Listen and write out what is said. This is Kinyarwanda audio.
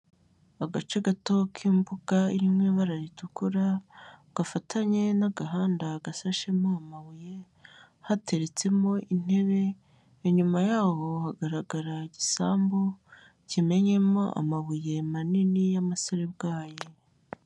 Agace gato k'imbuga irimo ibara ritukura gafatanye n'agahanda gasashemo amabuye hateretsemo intebe inyuma yaho hagaragara igisambu kimennyemo amabuye manini y'amasarabwayi.